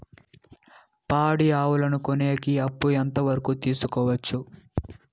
పాడి ఆవులని కొనేకి అప్పు ఎంత వరకు తీసుకోవచ్చు?